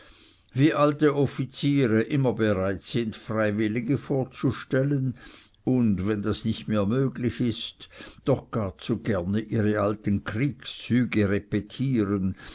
wie alte offiziere immer bereit sind freiwillige vorzustellen und wenn das nicht mehr möglich ist doch gar zu gerne ihre alten kriegszüge repetieren